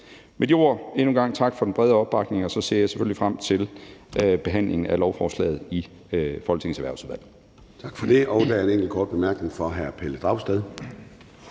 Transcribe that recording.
Med de ord endnu en gang tak for den brede opbakning, og så ser jeg selvfølgelig frem til behandlingen af lovforslaget i Folketingets Erhvervsudvalg.